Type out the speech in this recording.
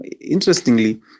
Interestingly